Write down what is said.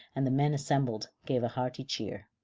and the men assembled gave a hearty cheer.